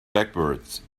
backwards